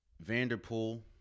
Vanderpool